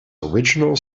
original